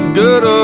good